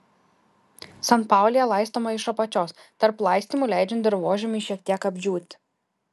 sanpaulija laistoma iš apačios tarp laistymų leidžiant dirvožemiui šiek tiek apdžiūti